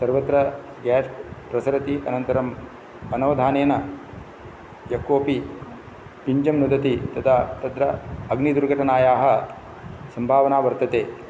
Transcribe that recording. सर्वत्र ग्यास् प्रसरति अनन्तरम् अनवधानेन यः कोपि पिञ्जं नुदति तदा तत्र अग्निदुर्घटनायाः सम्भावना वर्तते